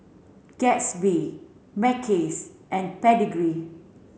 Gatsby Mackays and Pedigree